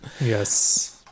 Yes